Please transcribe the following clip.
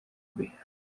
mbere